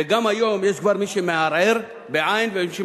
וגם היום יש כבר מי שמערער, בעי"ן, ומי שמהרהר,